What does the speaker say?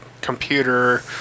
computer